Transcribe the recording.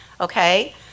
okay